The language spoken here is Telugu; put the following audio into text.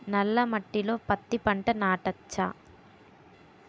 నల్ల మట్టిలో పత్తి పంట నాటచ్చా?